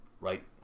right